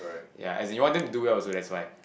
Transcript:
yea as you want them to do well also that's why